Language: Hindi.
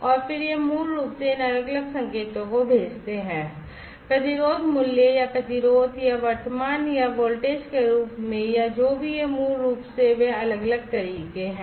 और फिर ये मूल रूप से इन अलग अलग संकेतों को भेजते हैं प्रतिरोध मूल्य या प्रतिरोध या वर्तमान या वोल्टेज के रूप में या जो भी ये मूल रूप से वे अलग अलग तरीके हैं